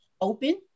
open